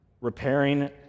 repairing